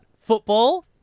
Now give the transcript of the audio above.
Football